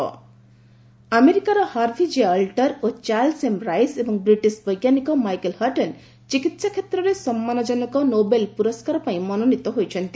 Nobel medicine ଆମେରିକାର Harvey J Alter ଓ Charles M Rice ଏବଂ ବ୍ରିଟିଶ୍ ବୈଜ୍ଞାନିକ ମାଇକେଲ୍ ହଟନ୍ ଚିକିତ୍ସା କ୍ଷେତ୍ରରେ ସମ୍ମାନଜନକ ନୋବେଲ୍ ପୁରସ୍କାର ପାଇଁ ମନୋନୀତ ହୋଇଛନ୍ତି